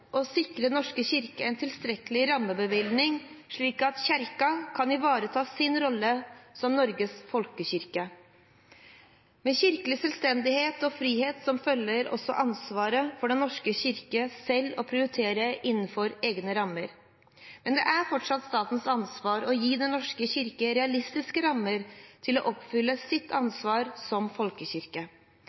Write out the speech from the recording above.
å sikre Den norske kirke en tilstrekkelig rammebevilgning, slik at Kirken kan ivareta sin rolle som Norges folkekirke. Med kirkelig selvstendighet og frihet følger også ansvaret for Den norske kirke for selv å prioritere innenfor egne rammer, men det er fortsatt statens ansvar å gi Den norske kirke realistiske rammer til å oppfylle sitt ansvar som folkekirke.